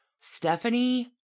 stephanie